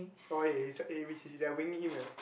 orh eh is like eh which is they are winging him eh